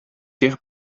dicht